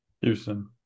Houston